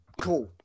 ...cool